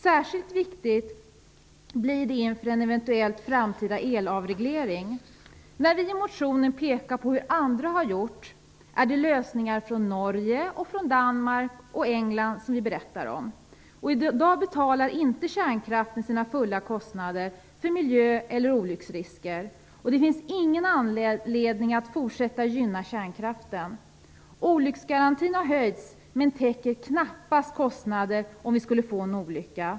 Särskilt viktigt blir det inför en eventuell framtida elavreglering. När vi i motionen pekar på hur andra har gjort är det lösningar från Norge, Danmark och England som vi berättar om. Kärnkraften betalar i dag inte de fulla kostnaderna för sina miljö och olycksrisker. Det finns ingen anledning att fortsätta att gynna kärnkraften. Olycksgarantin har höjts men täcker knappast kostnaderna för en olycka.